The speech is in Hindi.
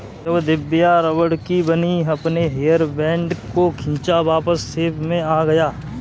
जब दिव्या रबड़ की बनी अपने हेयर बैंड को खींचा वापस शेप में आ गया